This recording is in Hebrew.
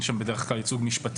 בדרך כלל אין שם ייצוג משפטי.